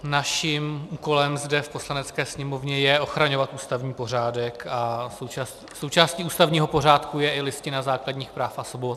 Naším úkolem zde v Poslanecké sněmovně je ochraňovat ústavní pořádek a součástí ústavního pořádku je i Listina základních práv a svobod.